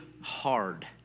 hard